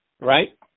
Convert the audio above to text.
Right